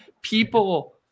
people